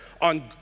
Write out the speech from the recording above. on